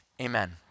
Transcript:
Amen